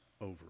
over